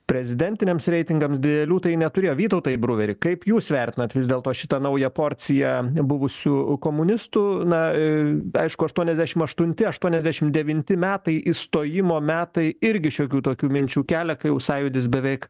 prezidentiniams reitingams didelių tai neturėjo vytautai bruveri kaip jūs vertinat vis dėlto šitą naują porciją buvusių komunistų na i aišku aštuoniasdešimt aštunti aštuoniasdešimt devinti metai įstojimo metai irgi šiokių tokių minčių kelia kai jau sąjūdis beveik